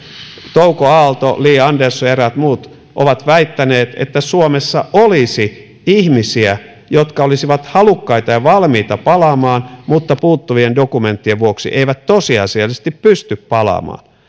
touko aalto li andersson ja eräät muut ovat väittäneet että suomessa olisi ihmisiä jotka olisivat halukkaita ja valmiita palaamaan mutta puuttuvien dokumenttien vuoksi eivät tosiasiallisesti pysty palaamaan